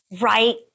right